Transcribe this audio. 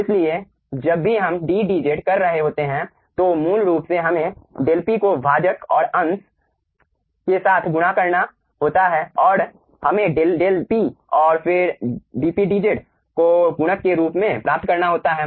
इसलिए जब भी हम d dz कर रहे होते हैं तो मूल रूप से हमें डेल P को भाजक और अंश के साथ गुणा करना होता है और हमें डेल डेल P और फिर d P d Z को गुणक के रूप में प्राप्त करना होता है